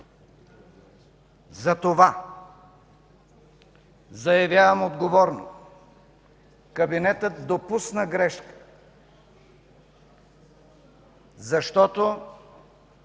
двор. Заявявам отговорно: кабинетът допусна грешка, защото